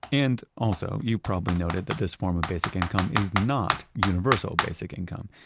and also, you've probably noted, that this form of basic income is not universal basic income.